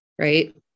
Right